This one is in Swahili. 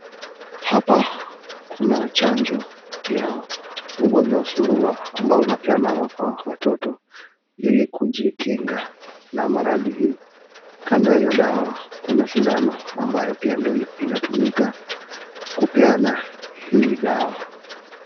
Hapa kuna chanjo ya ugonjwa wa surua, ambao unapeanwa kwa watoto ili kujikinga na maradi hii. Kando ya hio dawa kuna shindano ambayo pia ndio inatumika kupeana hii dawa.